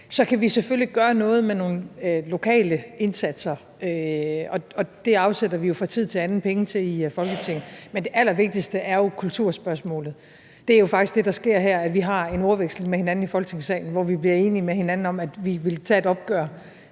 kan vi selvfølgelig gøre noget med nogle lokale indsatser, og det afsætter vi fra tid til anden penge til i Folketinget, men det allervigtigste er jo kulturspørgsmålet. Det er jo faktisk det, der sker her. Vi har en ordveksling med hinanden i Folketingssalen, hvor vi bliver enige med hinanden om, at vi vil tage et opgør